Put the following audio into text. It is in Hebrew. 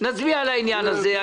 אנחנו נצביע על העניין הזה.